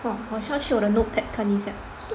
!wah! 我需要去我的 notepad 看一下